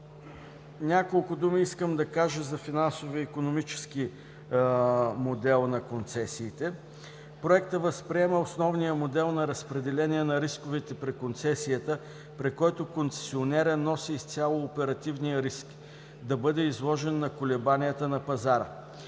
Няколко думи искам да кажа за финансово-икономическия модел на концесиите. Проектът възприема основния модел на разпределение на рисковете при концесията, при който концесионерът носи изцяло оперативния риск да бъде изложен на колебанията на пазара.